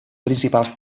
principals